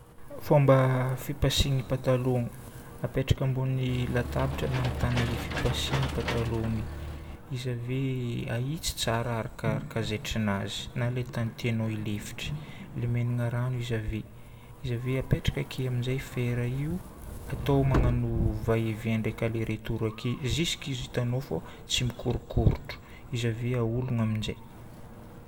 Fomba fipasihagna patalomo. Apetraka ambony latabatra na amin'ny tany fipasihagna patalomy. Izy ave ahitsy tsara arakaraka zaitranazy na ilay tany tianao hilefitra. Lemenina rano izy ave. Izy ave apetraka ake amin'izay fer io. Atao magnano va-et-vient ndraiky aller-retour ake jusque izy hitanao fô tsy mikorokorotro. Izy ave ahorogna aminjay.